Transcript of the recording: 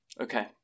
Okay